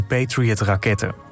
Patriot-raketten